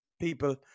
people